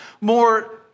more